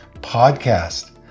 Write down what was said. podcast